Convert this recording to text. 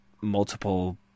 multiple